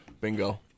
bingo